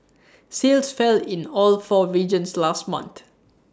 sales fell in all four regions last month